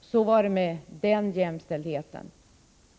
Så var det med den jämställdheten.